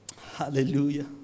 Hallelujah